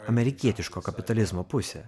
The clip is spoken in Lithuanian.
amerikietiško kapitalizmo pusė